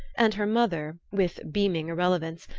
and her mother, with beaming irrelevance,